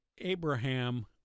Abraham